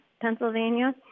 Pennsylvania